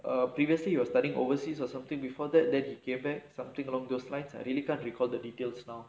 previously he were studying overseas or something before that then he came back something along those lines I really can't recall the details now